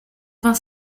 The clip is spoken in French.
vingt